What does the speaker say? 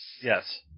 Yes